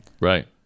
Right